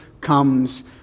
comes